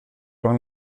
pin